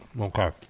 Okay